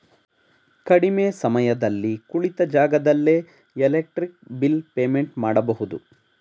ಕಡಿಮೆ ಸಮಯದಲ್ಲಿ ಕುಳಿತ ಜಾಗದಲ್ಲೇ ಎಲೆಕ್ಟ್ರಿಕ್ ಬಿಲ್ ಪೇಮೆಂಟ್ ಮಾಡಬಹುದು